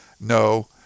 No